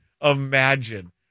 imagine